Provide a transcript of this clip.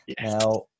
Now